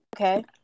okay